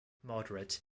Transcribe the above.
moderate